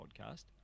podcast